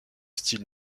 style